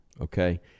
Okay